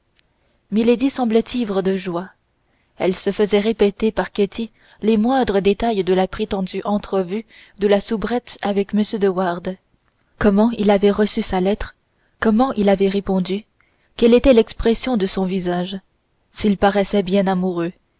semblait ivre de joie elle se faisait répéter par ketty les moindres détails de la prétendue entrevue de la soubrette avec de wardes comment il avait reçu sa lettre comment il avait répondu quelle était l'expression de son visage s'il paraissait bien amoureux